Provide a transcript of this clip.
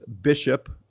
bishop